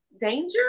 danger